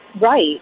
right